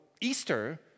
Easter